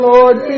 Lord